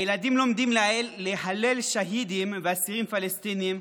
הילדים לומדים להלל שהידים ואסירים פלסטינים,